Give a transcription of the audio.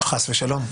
חס ולשלום.